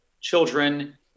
children